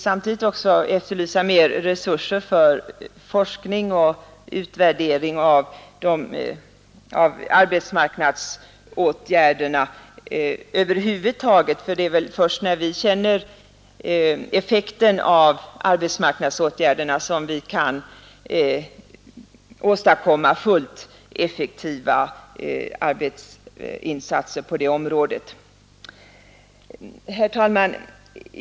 Samtidigt vill jag efterlysa mer resurser för forskning och utvärdering av arbetsmarknadsåtgärderna över huvud taget, för det är först när vi känner effekten av arbetsmarknadsåtgärderna som vi kan åstadkomma fullt effektiva arbetsinsatser på det området. Herr talman!